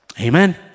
Amen